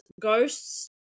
ghosts